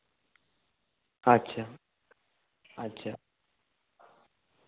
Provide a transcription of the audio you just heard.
ᱟᱪᱪᱷᱟ ᱟᱪᱪᱷᱟ